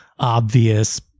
Obvious